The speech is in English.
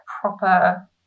proper